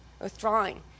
withdrawing